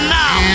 now